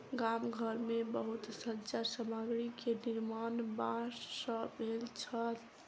गाम घर मे बहुत सज्जा सामग्री के निर्माण बांस सॅ भेल छल